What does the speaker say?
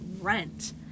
rent